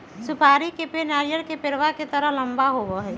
सुपारी के पेड़ नारियल के पेड़वा के तरह लंबा होबा हई